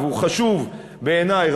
והוא חשוב בעיני,